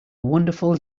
wonderful